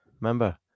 Remember